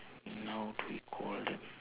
now what do we call them